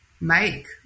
make